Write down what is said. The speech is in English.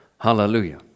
Hallelujah